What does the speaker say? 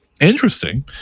interesting